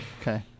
Okay